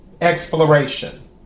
Exploration